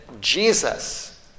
Jesus